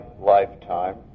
lifetime